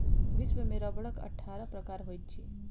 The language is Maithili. विश्व में रबड़क अट्ठारह प्रकार होइत अछि